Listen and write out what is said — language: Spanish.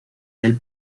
del